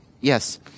Yes